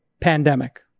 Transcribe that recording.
pandemic